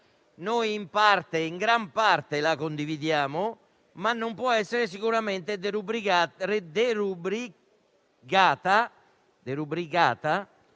o no. Noi in gran parte la condividiamo, ma non può essere sicuramente derubricata